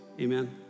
amen